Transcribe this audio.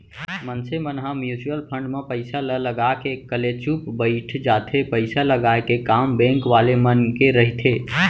मनसे मन ह म्युचुअल फंड म पइसा ल लगा के कलेचुप बइठ जाथे पइसा लगाय के काम बेंक वाले मन के रहिथे